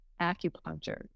acupuncture